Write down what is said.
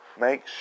make